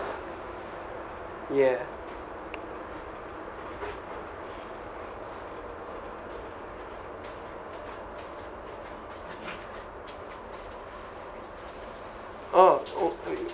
ya orh oh eh